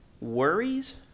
worries